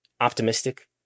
optimistic